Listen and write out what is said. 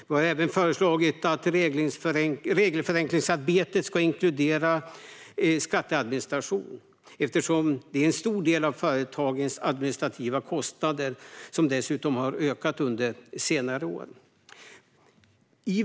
Vi har även föreslagit att regelförenklingsarbetet ska inkludera skatteadministration, eftersom det är en stor del av företagens administrativa kostnader. De har dessutom har ökat under senare år.